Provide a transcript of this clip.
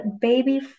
Baby